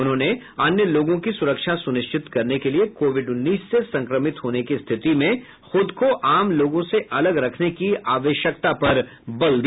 उन्होंने अन्य लोगों की सुरक्षा सुनिश्चित करने के लिए कोविड उन्नीस से संक्रमित होने की स्थिति में खुद को आम लोगों से अलग रखने की आवश्यकता पर बल दिया